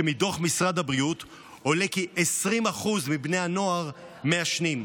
שמדוח משרד הבריאות עולה כי 20% מבני הנוער מעשנים.